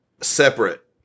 separate